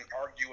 argue